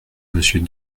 monsieur